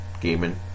gaming